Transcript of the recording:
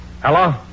Hello